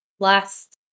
Last